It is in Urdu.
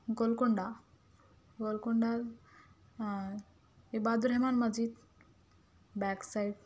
گولکنڈہ گولکنڈہ ہاں عباد الرحمن مسجد بیک سائڈ